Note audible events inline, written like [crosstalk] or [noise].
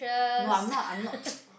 no I'm not I'm not [noise]